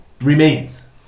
remains